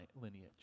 lineage